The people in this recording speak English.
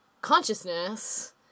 consciousness